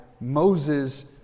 Moses